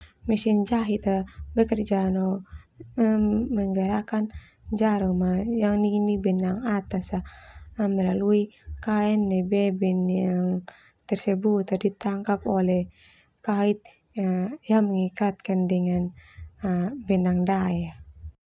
Mesin jahit ah bekerja no menggerakkan jarum ah yang nini benang atas ah melalui kain nai be benang tersebut ah ditangkap oleh kait yang mengikatkan dengan benang dae ah.